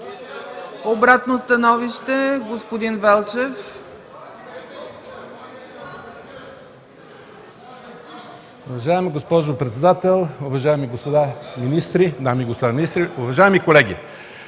Обратно становище? Господин Велчев.